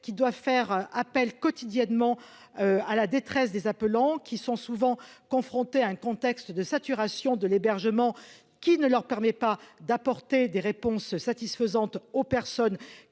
qui doit faire appel quotidiennement à la détresse des appelants, qui sont souvent confrontés à un contexte de saturation de l'hébergement qui ne leur permet pas d'apporter des réponses satisfaisantes aux personnes